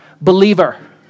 believer